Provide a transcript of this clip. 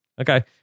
Okay